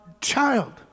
child